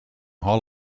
hall